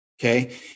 Okay